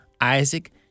Isaac